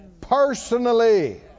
personally